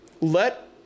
Let